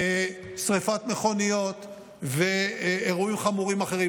שרפת מכוניות ואירועים חמורים אחרים.